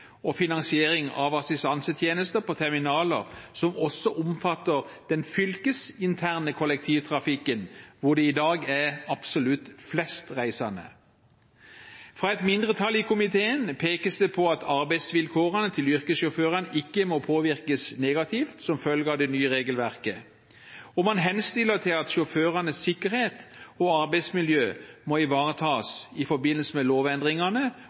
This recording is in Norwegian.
og finansiering av assistansetjenester på terminaler som også omfatter den fylkesinterne kollektivtrafikken, hvor det i dag er absolutt flest reisende. Fra et mindretall i komiteen pekes det på at arbeidsvilkårene til yrkessjåførene ikke må påvirkes negativt som følge av det nye regelverket, og man henstiller til at sjåførenes sikkerhet og arbeidsmiljø må ivaretas i forbindelse med lovendringene